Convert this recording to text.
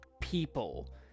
people